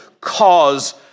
cause